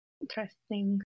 Interesting